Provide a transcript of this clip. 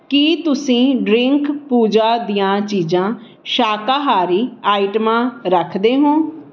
ਕੀ ਤੁਸੀਂ ਡ੍ਰਿੰਕ ਪੂਜਾ ਦੀਆਂ ਚੀਜ਼ਾਂ ਸ਼ਾਕਾਹਾਰੀ ਆਈਟਮਾਂ ਰੱਖਦੇ ਹੋ